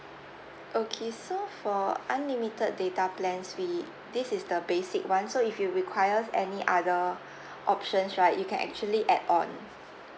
okay so for unlimited data plans we this is the basic one so if you requires any other options right you can actually add on